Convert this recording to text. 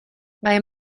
vai